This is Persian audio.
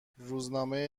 روزنامه